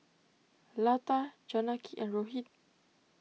Lata Janaki and Rohit